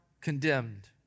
condemned